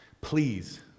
Please